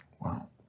Wow